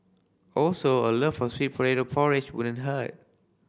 also a love for sweet potato porridge wouldn't hurt